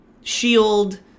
Shield